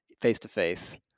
face-to-face